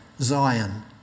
Zion